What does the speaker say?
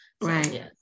Right